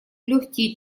легкие